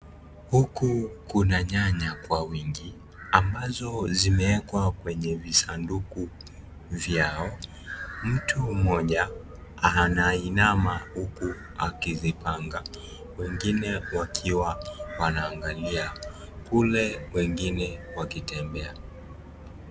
Huku kuna nyanya kwa wingi ambazo zimeekwa kwenye visanduku vyao, mtu mmoja anainama huku akizipanga wengine wakiwa wanaangalia kule wengine wakitembea.